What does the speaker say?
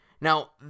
Now